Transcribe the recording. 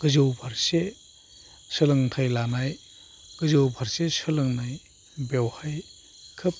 गोजौ फारसे सोलोंथाइ लानाय गोजौ फारसे सोलोंनाय बेवहाय खोब